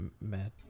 mad